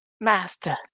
Master